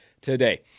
today